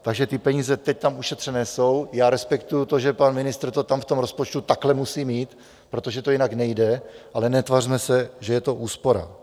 Takže ty peníze teď tam ušetřené jsou, já respektuji to, že pan ministr to tam v tom rozpočtu takhle musí mít, protože to jinak nejde, ale netvařme se, že je to úspora.